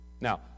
now